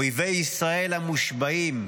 אויבי ישראל המושבעים,